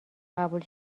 قبول